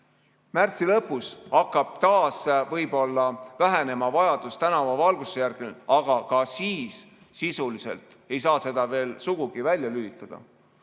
Märtsi lõpus hakkab taas võib-olla vähenema vajadus tänavavalgustuse järele, aga ka siis ei saa seda veel sugugi välja lülitada.